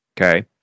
okay